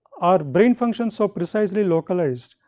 our brain functions so precisely localized,